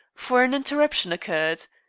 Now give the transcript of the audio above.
for an interruption occurred.